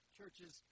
churches